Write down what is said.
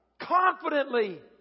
confidently